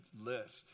list